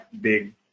big